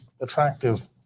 attractive